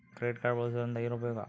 Credit card ಬಳಸುವದರಿಂದ ಏನು ಉಪಯೋಗ?